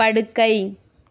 படுக்கை